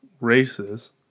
races